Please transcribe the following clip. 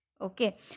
Okay